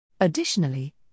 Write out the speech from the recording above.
Additionally